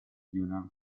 union